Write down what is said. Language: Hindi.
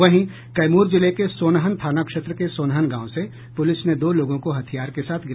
वहीं कैमूर जिले के सोनहन थाना क्षेत्र के सोनहन गांव से पुलिस ने दो लोगों को हथियार के साथ गिरफ्तार कर लिया